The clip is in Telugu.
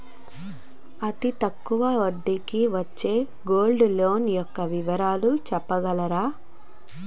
అతి తక్కువ వడ్డీ కి వచ్చే గోల్డ్ లోన్ యెక్క వివరాలు చెప్పగలరా?